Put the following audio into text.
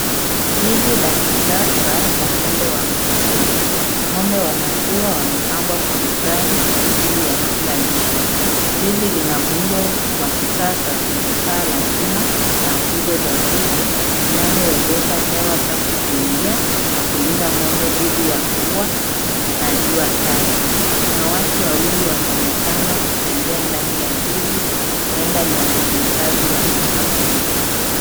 Zizi la kisasa la ng'ombe wa maziwa. Ng'ombe wa maziwa wamepangwa kwa mistari kwa ajili ya kula lishe. Zizi lina muundo wa kisasa lenye paa la chuma na nguzo za nzige inalowezesha hewa safi kuingia na kulinda ng'ombe dhidhi ya mvua na jua kali. Kuna watu wawili wanaonekana kutembea ndani ya zizi huenda ni wafanyakazi wa shamba hilo.